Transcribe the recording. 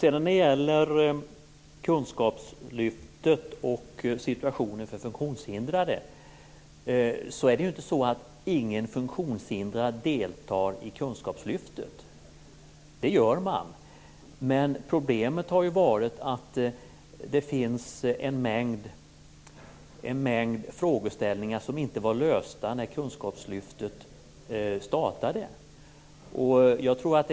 Sedan var det kunskapslyftet och situationen för de funktionshindrade. Det är inte så att ingen funktionshindrad deltar i kunskapslyftet. Men problemet är att det finns en mängd frågeställningar som inte var lösta när kunskapslyftet startade.